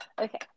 Okay